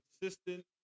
consistent